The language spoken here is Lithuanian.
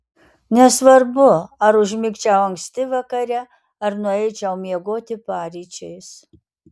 nesvarbu ar užmigčiau anksti vakare ar nueičiau miegoti paryčiais